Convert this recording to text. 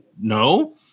no